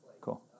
Cool